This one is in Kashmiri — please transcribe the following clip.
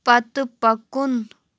پتہٕ پکُن